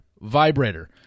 Vibrator